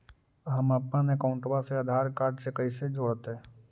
हमपन अकाउँटवा से आधार कार्ड से कइसे जोडैतै?